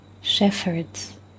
shepherds